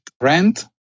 rent